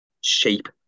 shape